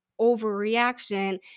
overreaction